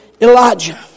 Elijah